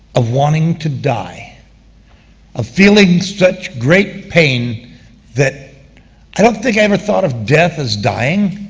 ah wanting to die a feeling such great pain that i don't think i ever thought of death as dying.